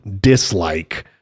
dislike